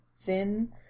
thin